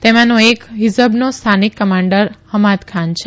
તેમાનો એક હીઝબનો સ્થાનિક કમાન્ડર હમાદખાન છે